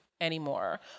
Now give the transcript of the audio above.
anymore